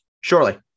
Surely